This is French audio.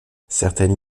certaines